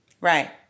Right